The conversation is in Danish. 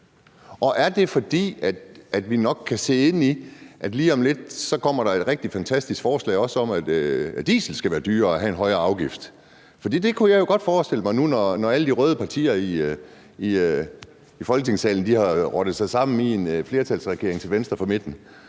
Er det, fordi vi nok kan se ind i, at der lige om lidt også kommer et rigtig fantastisk forslag om, at diesel skal være dyrere og have en højere afgift? For det kunne jeg jo godt forestille mig nu, når alle de røde partier i Folketingssalen har rottet sig sammen i en flertalsregering til venstre for midten;